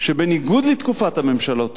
שבניגוד לתקופת הממשלות הקודמות,